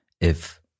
If-